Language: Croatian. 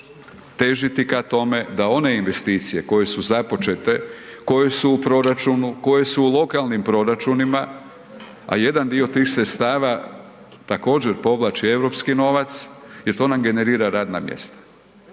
težiti ka tome da one investicije koje su započete, koje su u proračunu, koje su u lokalnim proračunima a jedan dio tih sredstava također povlači europski novac jer to nam generira radna mjesta,